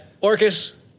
Orcus